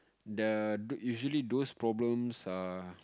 the du~ usually those problems are